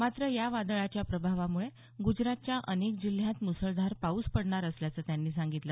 मात्र या वादळाच्या प्रभावामुळे ग्जरातच्या अनेक जिल्ह्यात मुसळधार पाऊस पडणार असल्याचं त्यांनी सांगितलं